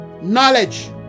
knowledge